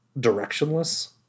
directionless